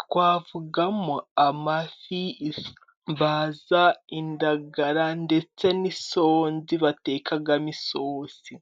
twavugamo: amafi, isambaza, indagara, ndetse n'isonzi batekamo isosi.